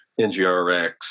NGRX